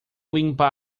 limpa